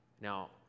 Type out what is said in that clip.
Now